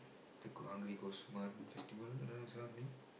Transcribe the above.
the g~ Hungry Ghost month festival ah this kind of thing